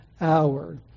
hour